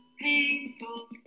painful